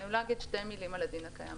אני אגיד שתי מילים על הדין הקיים.